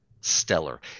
stellar